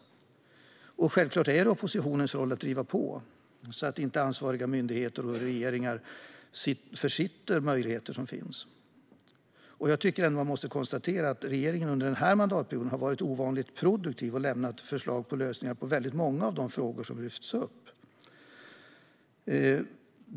Självklart är det oppositionens roll att driva på, så att inte ansvariga myndigheter och regeringar försitter möjligheter. Man måste ändå konstatera att regeringen under den här mandatperioden har varit ovanligt produktiv och lämnat förslag till lösningar på väldigt många av de frågor som lyfts upp.